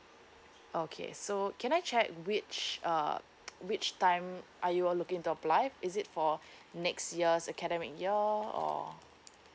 okay so can I check which uh which time are you will look in to apply is it for next year's academic year or